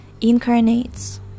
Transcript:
incarnates